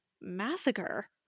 massacre